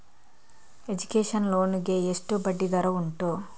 Education loan ಗೆ ಎಷ್ಟು ಬಡ್ಡಿ ದರ ಉಂಟು?